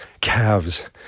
calves